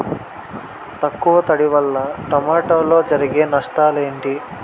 తక్కువ తడి వల్ల టమోటాలో జరిగే నష్టాలేంటి?